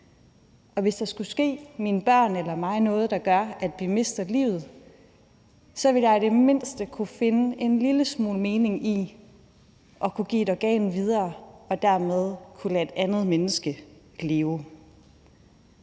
Og hvis der skulle ske mine børn eller mig noget, der gør, at vi mister livet, så ville jeg i det mindste kunne finde en lille smule mening i at kunne give et organ videre og dermed kunne lade et andet menneske leve.